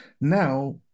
Now